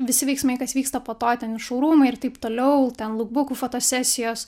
visi veiksmai kas vyksta po to ten i šou rūmai ir taip toliau ten lukbukų fotosesijos